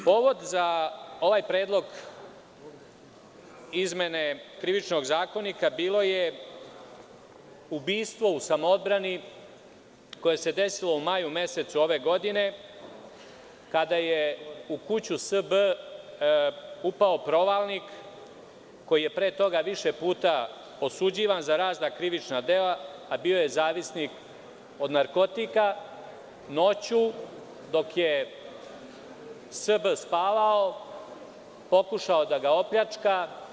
Povod za ovaj predlog izmene Krivičnog zakonika bilo je ubistvo u samoodbrani koje se desilo u maju mesecu ove godine, kada je u kuću S.B. upao provalnik, koji je pre toga više puta osuđivan za razna krivična dela, a bio je zavisnik od narkotika, noću dok je S.B. spavao, pokušao je da ga opljačka.